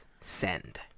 send